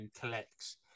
collects